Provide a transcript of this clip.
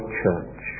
church